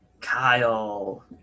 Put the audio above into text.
kyle